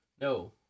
No